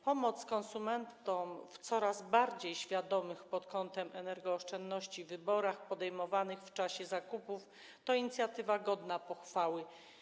Pomoc konsumentom w coraz bardziej świadomych pod kątem energooszczędności wyborach podejmowanych w czasie zakupów to inicjatywa godna pochwały.